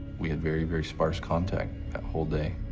we had very, very sparse contact that whole day.